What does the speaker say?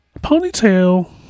Ponytail